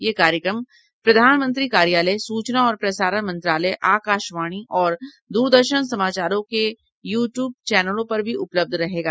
यह कार्यक्रम प्रधानमंत्री कार्यालय सूचना और प्रसारण मंत्रालय आकाशवाणी और द्रदर्शन समाचारों के यू ट्यूब चैनलों पर भी उपलब्ध रहेगा